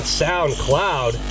soundcloud